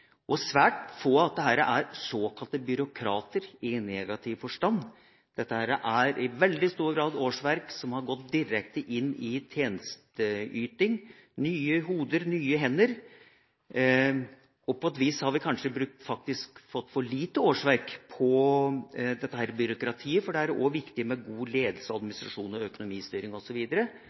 og svært få av disse er såkalte byråkrater, i negativ forstand. Dette er i veldig stor grad årsverk som har gått direkte inn i tjenesteyting – nye hoder, nye hender. På et vis har vi kanskje fått for lite årsverk til dette byråkratiet, for skal det bli god tjenesteyting, er det også viktig med god ledelse, administrasjon, økonomistyring